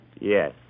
Yes